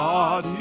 God